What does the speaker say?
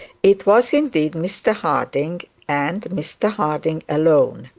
it was indeed mr harding, and mr harding alone.